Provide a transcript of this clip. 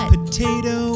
Potato